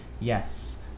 Yes